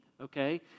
okay